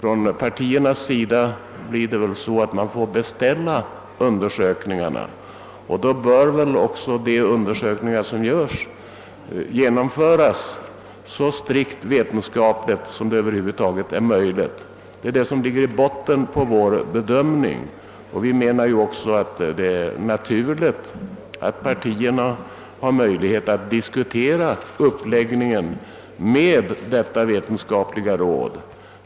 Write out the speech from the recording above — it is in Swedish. Det blir väl så, att partierna får beställa undersökningar, varvid dessa bör genomföras så strikt vetenskapligt som över huvud taget är möjligt. Det är det som vår bedömning grundar sig på och vi finner det också naturligt att partierna har möjlighet att diskutera uppläggningen med detta vetenskapliga råd.